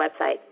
website